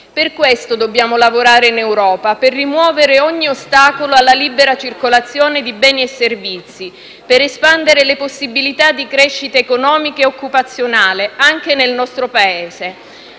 Per questo dobbiamo lavorare in Europa: per rimuovere ogni ostacolo alla libera circolazione di beni e servizi; per espandere le possibilità di crescita economica e occupazionale, anche nel nostro Paese.